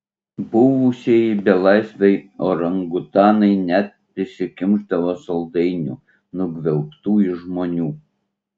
buvusieji belaisviai orangutanai net prisikimšdavo saldainių nugvelbtų iš žmonių